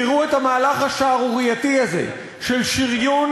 תראו את המהלך השערורייתי הזה של שריון